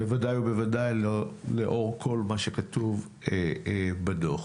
בוודאי ובוודאי לא לאור כל מה שכתוב בדוח.